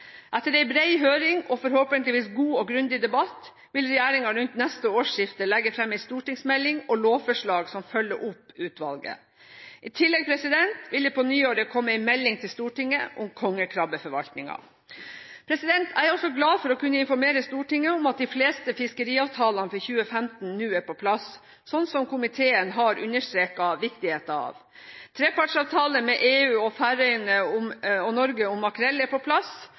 Etter en bred høring og en forhåpentligvis god og grundig debatt vil regjeringen rundt neste årsskifte legge fram en stortingsmelding og lovforslag som følger opp utvalget. I tillegg vil det på nyåret komme en melding til Stortinget om kongekrabbeforvaltningen. Jeg er også glad for å kunne informere Stortinget om at de fleste fiskeriavtalene for 2015 nå er på plass, slik som komiteen har understreket viktigheten av. Trepartsavtale mellom EU, Færøyene og Norge om makrell er på plass.